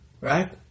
right